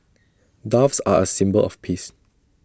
doves are A symbol of peace